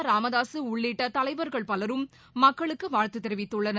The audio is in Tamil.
ராமதாக உள்ளிட்ட தலைவர்கள் பலரும் மக்களுக்கு வாழ்த்து தெரிவித்துள்ளனர்